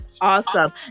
awesome